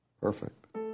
Perfect